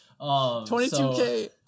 22K